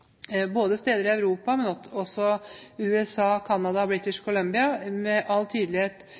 både til steder i Europa, i USA og i Canada – og British Columbia – med all tydelighet